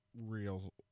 real